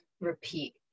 repeat